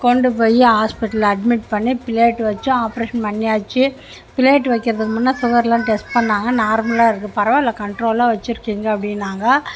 கொண்டு போய் ஹாஸ்பிட்டல்ல அட்மிட் பண்ணி ப்ளேட் வைச்சோம் ஆப்ரேஷன் பண்ணியாச்சு ப்ளேட்டு வைக்கிறதுக்கு முன்னே சுகர்லாம் டெஸ்ட் பண்ணாங்க நார்மலாக இருக்கு பரவாயில்ல கண்ட்ரோலாக வச்சுருக்கிங்க அப்டின்னாங்க